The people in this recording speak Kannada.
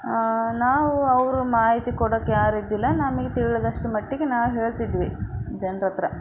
ನಾವು ಅವರು ಮಾಹಿತಿ ಕೊಡಕ್ಕೆ ಯಾರು ಇದ್ದಿಲ್ಲ ನಮಗೆ ತಿಳ್ದಷ್ಟು ಮಟ್ಟಿಗೆ ನಾವು ಹೇಳ್ತಿದ್ವಿ ಜನ್ರ ಹತ್ರ